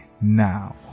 now